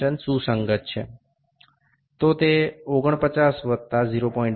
সুতরাং এটি ৪৯ যুক্ত ০২২ সমান ৪৯২২ আমি এখানে এই মানটি বসাব